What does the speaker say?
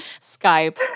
skype